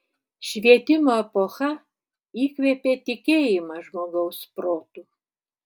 švietimo epocha įkvėpė tikėjimą žmogaus protu